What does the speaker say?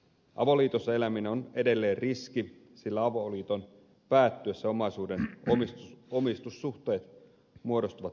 avoliitossa eläminen on edelleen riski sillä avoliiton päättyessä omaisuuden omistussuhteet muodostuvat ratkaiseviksi